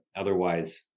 Otherwise